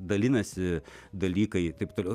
dalinasi dalykai taip toliau